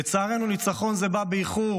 לצערנו, ניצחון זה בא באיחור.